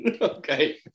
Okay